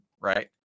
right